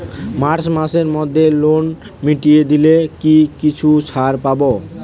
March মাসের মধ্যে loan মিটিয়ে দিলে কি কিছু ছাড় পাব?